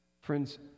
Friends